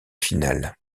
finales